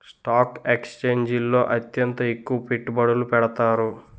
stock ఎక్స్చేంజిల్లో అత్యంత ఎక్కువ పెట్టుబడులు పెడతారు